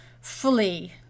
fully